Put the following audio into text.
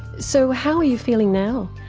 so how are you feeling now?